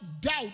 doubt